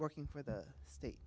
working for the state